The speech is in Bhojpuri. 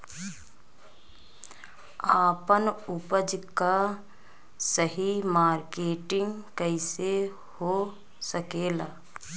आपन उपज क सही मार्केटिंग कइसे हो सकेला?